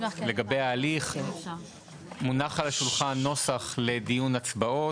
לגבי ההליך: מונח על השולחן נוסח לדיון הצבעות.